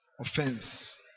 offense